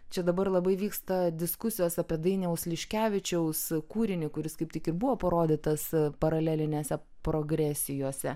čia dabar labai vyksta diskusijos apie dainiaus liškevičiaus kūrinį kuris kaip tik buvo parodytas paralelinėse progresijose